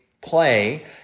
play